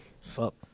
Fuck